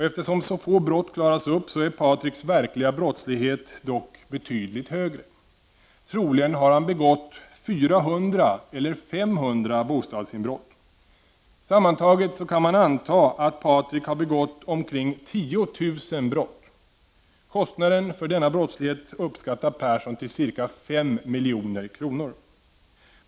Eftersom så få brott klaras upp är Patriks verkliga brottslighet dock betydligt högre. Troligen har han begått 400 eller 500 bostadsinbrott. Sammantaget kan man anta att Patrik har begått omkring 10000 brott. Kostnaden för denna brottslighet upp 65 skattar Persson till ca 5 milj.kr.